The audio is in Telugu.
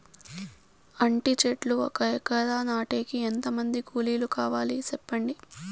అంటి చెట్లు ఒక ఎకరా నాటేకి ఎంత మంది కూలీలు కావాలి? సెప్పండి?